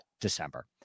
December